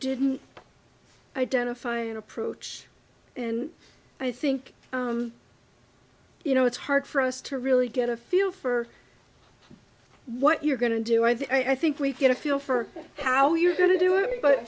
didn't identify and approach and i think you know it's hard for us to really get a feel for what you're going to do i think we get a feel for how you're going to do it but